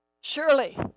Surely